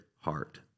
heart